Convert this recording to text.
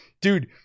dude